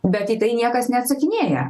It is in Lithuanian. bet į tai niekas neatsakinėja